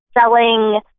selling